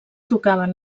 tocaven